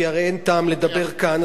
כי הרי אין טעם לדבר כאן,